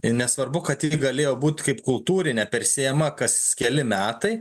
i nesvarbu kad ji galėjo būt kaip kultūrinė persėjama kas keli metai